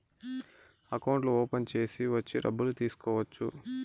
అకౌంట్లు ఓపెన్ చేసి వచ్చి డబ్బులు తీసుకోవచ్చు